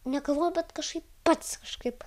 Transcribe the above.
negalvoju bet kažkaip pats kažkaip